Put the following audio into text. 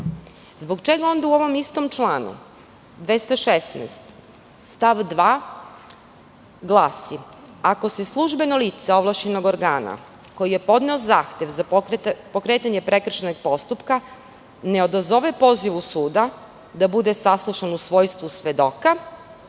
zbog čega onda u ovom istom članu 216. stav 2. glasi – ako se službeno lice ovlašćenog organa koji je podneo zahtev za pokretanje prekršajnog postupka ne odazove pozivu suda da bude saslušan u svojstvu svedoka,